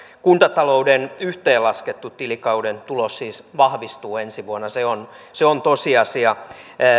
kuntatalouden yhteenlaskettu tilikauden tulos siis vahvistuu ensi vuonna se on se on tosiasia